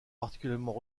particulièrement